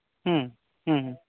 ᱦᱩᱸ ᱦᱩᱸ